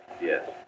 Yes